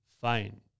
Fine